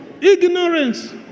Ignorance